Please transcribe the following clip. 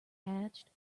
hatched